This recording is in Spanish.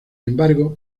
embargo